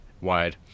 wide